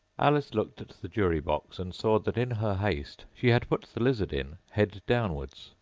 alice looked at the jury-box, and saw that, in her haste, she had put the lizard in head downwards,